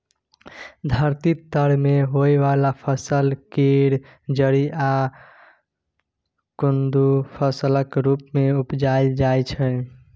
धरती तर में होइ वाला फसल केर जरि या कन्द फसलक रूप मे उपजाइल जाइ छै